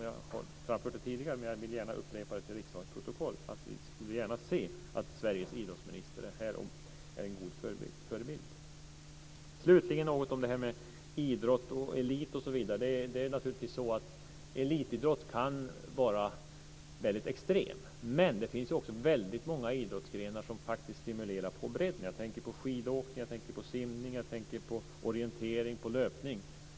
Jag har framfört detta tidigare, men jag vill gärna upprepa för riksdagens protokoll att vi skulle gärna se att Sveriges idrottsminister är med och är en god förebild. Slutligen vill jag säga något om idrott och elit osv. Elitidrott kan vara extrem, men det finns många idrottsgrenar som faktiskt stimulerar på bredden. Jag tänker på skidåkning, simning, orientering och löpning.